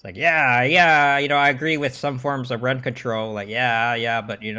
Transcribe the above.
like yeah yeah you know i agree with some forms of rent control ah yeah yeah but you know